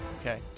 Okay